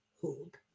hold